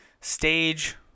stage